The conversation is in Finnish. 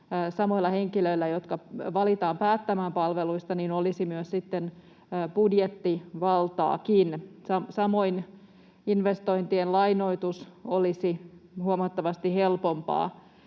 samoilla henkilöillä, jotka valitaan päättämään palveluista, olisi myös sitten budjettivaltaakin. Samoin investointien lainoitus olisi huomattavasti helpompaa.